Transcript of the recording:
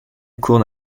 court